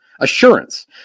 assurance